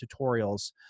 tutorials